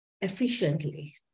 efficiently